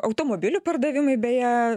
automobilių pardavimai beje